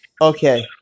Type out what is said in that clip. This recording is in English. Okay